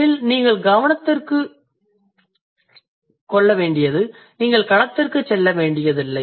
எனில் நீங்கள் களத்திற்கு செல்ல வேண்டியதில்லை